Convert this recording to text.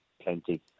plenty